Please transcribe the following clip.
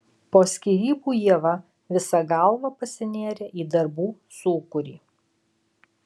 po skyrybų ieva visa galva pasinėrė į darbų sūkurį